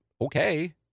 Okay